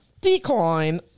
Decline